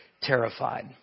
terrified